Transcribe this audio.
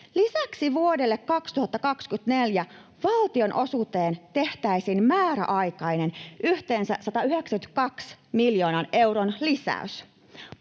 Lisäksi vuodelle 2024 valtionosuuteen tehtäisiin määräaikainen, yhteensä 192 miljoonan euron, lisäys.